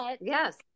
yes